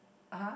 !huh!